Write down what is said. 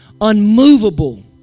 unmovable